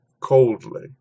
coldly